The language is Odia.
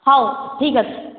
ହଉ ଠିକ୍ ଅଛି